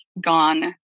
gone